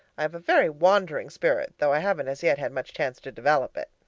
i have a very wandering spirit, though i haven't as yet had much chance to develop it.